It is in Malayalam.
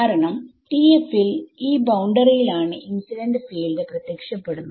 കാരണംTF ൽ ഈ ബൌണ്ടറിയിൽ ആണ് ഇൻസിഡന്റ് ഫീൽഡ് പ്രത്യക്ഷപ്പെടുന്നത്